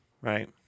right